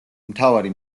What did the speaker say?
მთავარი